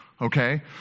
okay